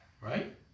right